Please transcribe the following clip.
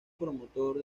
promotor